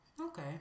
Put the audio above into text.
okay